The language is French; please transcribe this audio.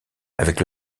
avec